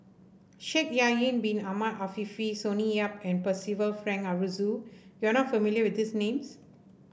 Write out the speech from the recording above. Shaikh Yahya Bin Ahmed Afifi Sonny Yap and Percival Frank Aroozoo you are not familiar with these names